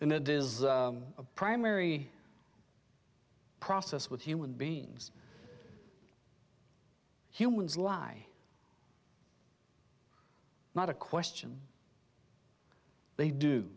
and it is a primary process with human beings humans lie not a question they do